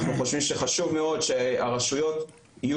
אנחנו חושבים שחשוב מאוד שהרשויות יהיו